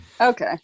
Okay